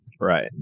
right